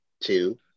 two